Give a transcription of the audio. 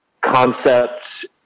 concept